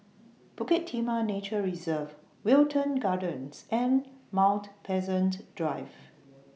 Bukit Timah Nature Reserve Wilton Gardens and Mount Pleasant Drive